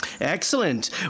Excellent